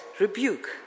rebuke